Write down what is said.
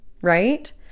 right